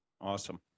Awesome